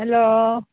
hello